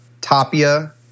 Tapia